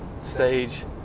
stage